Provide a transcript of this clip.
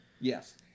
Yes